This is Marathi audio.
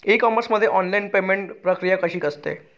ई कॉमर्स मध्ये ऑनलाईन पेमेंट प्रक्रिया कशी असते?